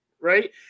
right